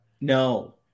No